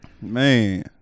Man